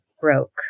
broke